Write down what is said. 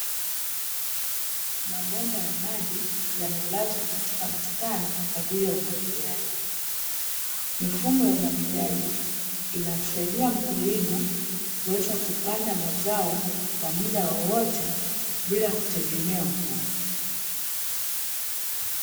Mabomba ya maji yamelazwa katika bustani kwa ajili ya umwagiliaji, mifumo ya umwagiliaji inamsaidia mkulima kuweza kupanda mazao kwa muda wowote bila kutegemea mvua.